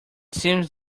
seems